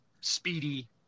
speedy